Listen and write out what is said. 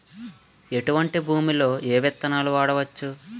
ఎటువంటి భూమిలో ఏ విత్తనాలు వాడవచ్చు?